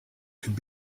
could